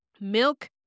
milk